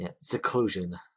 Seclusion